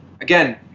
Again